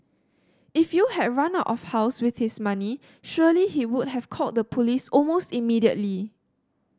if you had run out of house with his money surely he would have called the police almost immediately